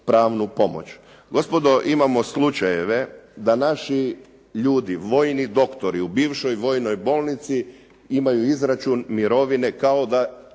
pravnu pomoć. Gospodo, imamo slučajeve da naši ljudi, vojni doktori u bivšoj vojnoj bolnici imaju izračun mirovine kao da